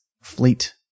fleet